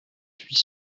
suis